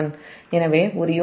எனவே இது ஒரு யூனிட்டுக்கு Ib j0